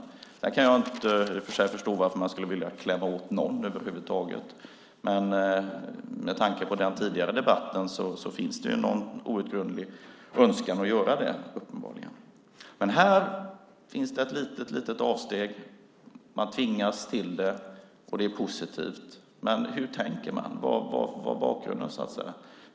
Sedan kan jag i och för sig inte förstå varför man skulle vilja klämma åt någon över huvud taget. Men med tanke på den tidigare debatten finns det uppenbarligen någon outgrundlig önskan att göra det. Men här finns ett litet avsteg, man tvingas till det, och det är positivt. Men hur tänker man? Vad är bakgrunden?